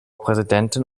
präsidentin